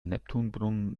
neptunbrunnen